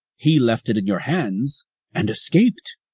he left it in your hands and escaped.